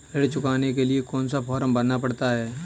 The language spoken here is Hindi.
ऋण चुकाने के लिए कौन सा फॉर्म भरना पड़ता है?